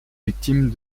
victimes